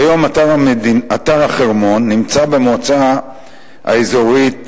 כיום אתר החרמון נמצא במועצה האזורית